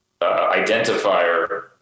Identifier